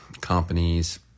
companies